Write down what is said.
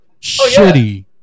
shitty